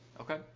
okay